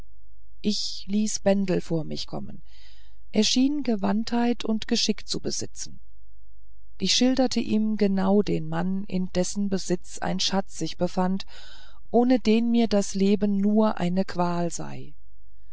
ich ließ bendel vor mich kommen er schien gewandtheit und geschick zu besitzen ich schilderte ihm genau den mann in dessen besitz ein schatz sich befand ohne den mir das leben nur eine qual sei